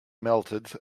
melted